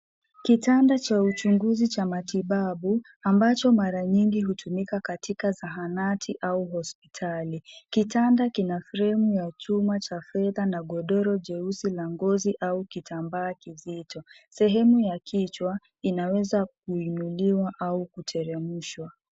Kitanda cha uchunguzi cha matibabu ambacho mara nyingi hutumika katika zahanati au hospitali. Kitanda kina fremu ya chuma cha fedha na godoro jeusi la ngozi au kitambaa kizito. Sehemu ya kichwa inaweza kuinuliwa au kuteremshwa.